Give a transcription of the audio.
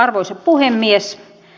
arvoisa puhemies